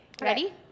Ready